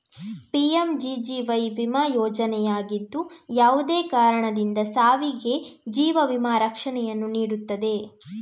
PMGGY ವಿಮಾ ಯೋಜನೆಯಾಗಿದ್ದು, ಯಾವುದೇ ಕಾರಣದಿಂದ ಸಾವಿಗೆ ಜೀವ ವಿಮಾ ರಕ್ಷಣೆಯನ್ನು ನೀಡುತ್ತದೆ